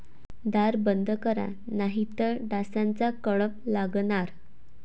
दार बंद करा नाहीतर डासांचा कळप लागणार